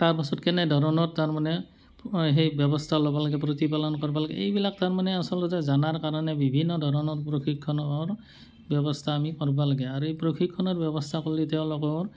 তাৰ পাছত কেনেধৰণৰ তাৰ মানে সেই ব্যৱস্থা ল'ব লাগে প্ৰতিপালন কৰিব লাগে এইবিলাক তাৰ মানে আচলতে জনাৰ কাৰণে বিভিন্ন ধৰণৰ প্ৰশিক্ষণৰ ব্যৱস্থা আমি কৰিব লাগে আৰু এই প্ৰশিক্ষণৰ ব্যৱস্থা কৰিলে তেওঁলোকৰ